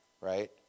right